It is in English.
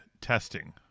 testing